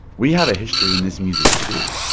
we have a history in this music, too.